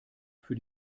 für